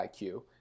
IQ